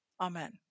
amen